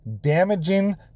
damaging